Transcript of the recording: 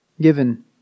given